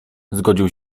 zgodził